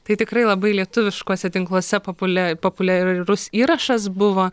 tai tikrai labai lietuviškuose tinkluose popu populiarus įrašas buvo